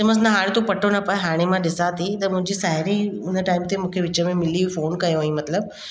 चयोमांसि न हाणे तूं पटो न पाए हाणे मां ॾिसां थी त मुंहिंजी साहिड़ी हुन टाइम ते मूंखे विच में मिली फोन कयो हुई मतिलबु